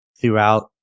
throughout